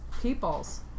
Peoples